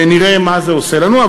נראה מה זה עושה לנו.